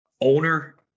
owner